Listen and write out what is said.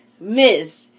miss